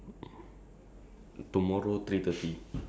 so what time you you actually end work today